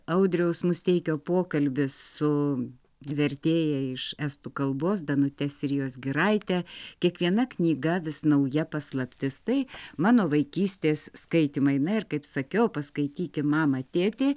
audriaus musteikio pokalbis su vertėja iš estų kalbos danute sirijos giraite kiekviena knyga vis nauja paslaptis tai mano vaikystės skaitymai na ir kaip sakiau paskaityki mama tėti